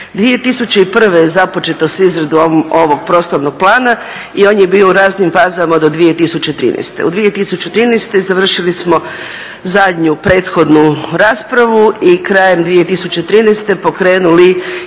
2001. je započeto sa izradom ovog prostornog plana i on je bio u raznim fazama do 2013., u 2013. završili smo zadnju prethodnu raspravu i krajem 2013. pokrenuli javnu